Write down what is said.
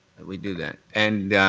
that we do that. and yeah